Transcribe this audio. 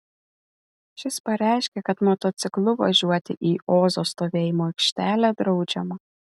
šis pareiškė kad motociklu važiuoti į ozo stovėjimo aikštelę draudžiama